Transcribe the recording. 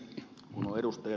kun on ed